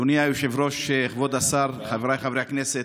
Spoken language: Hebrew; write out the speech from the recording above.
אדוני היושב-ראש, כבוד השר, חבריי חברי הכנסת,